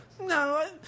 No